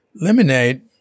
lemonade